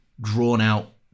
drawn-out